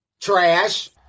trash